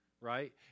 right